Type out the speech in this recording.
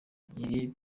iri